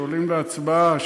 שעולים להצבעה,